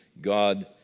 God